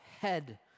head